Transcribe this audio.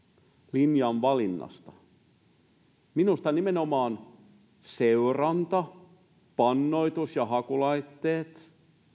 linjan valinnasta minusta seuranta pannoitus hakulaitteet